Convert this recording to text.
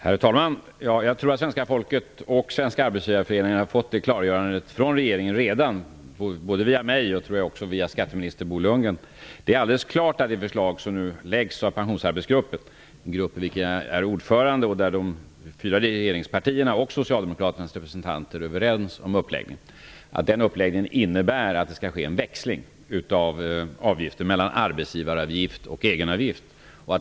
Herr talman! Jag tror att svenska folket och Svenska arbetsgivareföreningen har fått det klargörandet från regeringen redan, via både mig och skatteminister Bo Lundgren. Det är alldeles klart att det förslag som nu läggs fram av pensionsarbetsgruppen -- en grupp i vilken jag är ordförande och där de fyra regeringspartierna och Socialdemokraternas representanter är överens om uppläggningen -- innebär att det skall ske en växling av avgifter mellan arbetsgivaravgift och egenavgift.